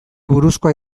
buruzkoa